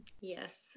yes